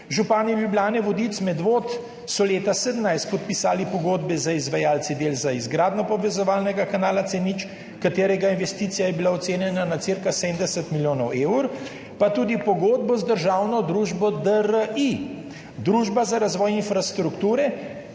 Župani Ljubljane, Vodic, Medvod so leta 2017 podpisali pogodbe z izvajalci del za izgradnjo povezovalnega kanala C0, v katerega investicija je bila ocenjena na cirka 70 milijonov evrov, pa tudi pogodbo z državno družbo DRI, Družba za razvoj infrastrukture,